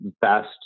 best